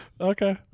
Okay